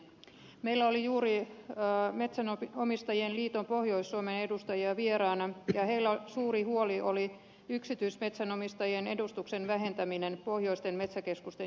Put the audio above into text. meillä oli juuri metsänomistajien liiton pohjois suomen edustajia vieraana ja heillä oli suurena huolena yksityismetsänomistajien edustuksen vähentäminen pohjoisten metsäkeskusten johtokunnissa